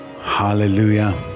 Hallelujah